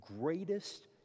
greatest